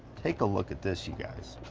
take a look at this you guys.